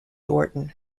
orton